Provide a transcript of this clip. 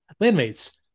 landmates